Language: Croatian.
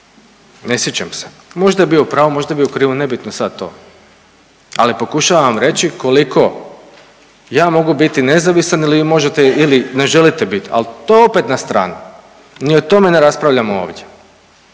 ne sjećam se. Možda je bio u pravu, možda je bio u krivu, nebitno sad to, ali pokušavam reći koliko ja mogu biti nezavisan ili vi možete ili ne želite biti, ali to opet na stranu, ni o tome ne raspravljamo ovdje.